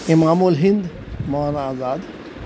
امام الہند مولانا آزاد